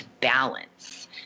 balance